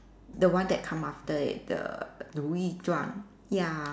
the one that come after it the the we drunk ya